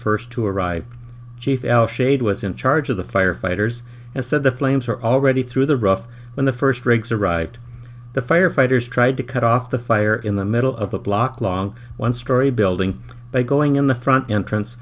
first to arrive chief shade was in charge of the firefighters and said the flames were already through the rough when the first rigs arrived the firefighters tried to cut off the fire in the middle of a block long one story building by going in the front entrance